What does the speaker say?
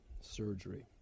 surgery